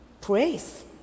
praise